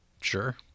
Sure